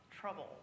trouble